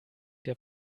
der